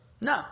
No